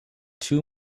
two